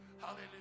hallelujah